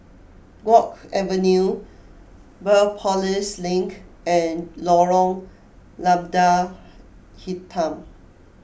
Guok Avenue Biopolis Link and Lorong Lada Hitam